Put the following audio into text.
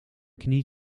knie